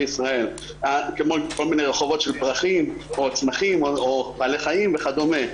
ישראל כמו רחובות של פרחים או צמחים או בעלי חיים וכדומה.